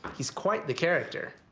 he's quite the character.